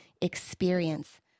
experience